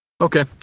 okay